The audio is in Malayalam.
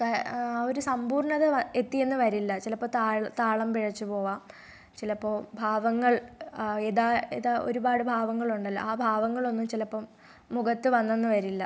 ആ ഒരു സമ്പൂർണ്ണത വ എത്തിയെന്ന് വരില്ല ചിലപ്പോൾ താ താളം പിഴച്ച് പോകാം ചിലപ്പോൾ ഭാവങ്ങൾ യഥാ യഥാ ഒരുപാട് ഭാവങ്ങളുണ്ടല്ലോ ആ ഭാവങ്ങളൊന്നും ചിലപ്പം മുഖത്ത് വന്നെന്ന് വരില്ല